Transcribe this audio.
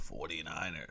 49ers